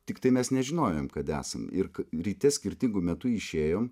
tiktai mes nežinojom kad esam ir ryte skirtingu metu išėjom